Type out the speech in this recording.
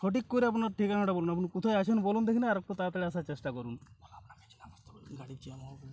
সঠিক করে আপনার ঠিকানাটা বলুন আপনি কোথায় আছেন বলুন দেখিনি আর একটু তাড়াতাড়ি আসার চেষ্টা করুন